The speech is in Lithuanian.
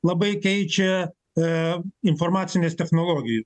labai keičia e informacinės technologijos